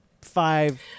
five